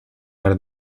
par